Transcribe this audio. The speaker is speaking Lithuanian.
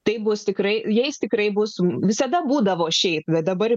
taip bus tikrai jais tikrai bus visada būdavo šiaip bet dabar